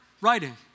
writing